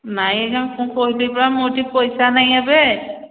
ନାଇଁ ଆଜ୍ଞା ମୁୁଁ କହିଲି ପା ମୋଠି ପଇସା ନାଇଁ ଏବେ